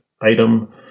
item